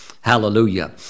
Hallelujah